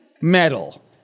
Metal